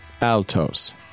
Altos